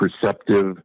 perceptive